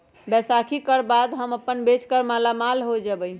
बैसाखी कर बाद हम अपन बेच कर मालामाल हो जयबई